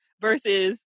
versus